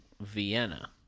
Vienna